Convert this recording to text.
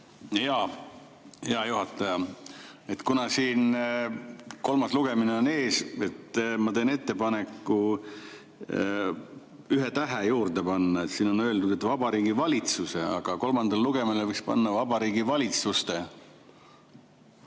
hea juhataja! Kuna siin kolmas lugemine on ees, ma teen ettepaneku ühe tähe juurde panna. Siin on öeldud "Vabariigi Valitsuse", aga kolmandal lugemisel võiks panna "Vabariigi Valitsuste